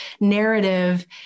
narrative